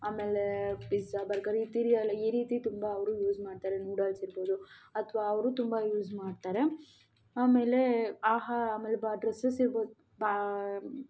ಆಮೇಲೆ pizza burger ಈ ರೀತಿಯೆಲ್ಲ ಈ ರೀತಿ ತುಂಬ ಅವರು ಯೂಸ್ ಮಾಡ್ತಾರೆ ನೂಡಲ್ಸ್ ಇರ್ಬೋದು ಅಥವಾ ಅವರು ತುಂಬ ಯೂಸ್ ಮಾಡ್ತಾರೆ ಆಮೇಲೆ ಆಹಾ ಆಮೇಲೆ ಡ್ರೆಸ್ಸಸ್ ಇರ್ಬೋದು ಬಾ